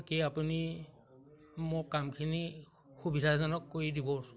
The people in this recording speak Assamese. বাকী আপুনি মোৰ কামখিনি সুবিধাজনক কৰি দিবচোন